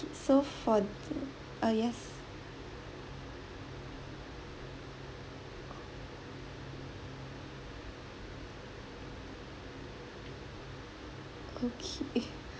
so for the ah yes okay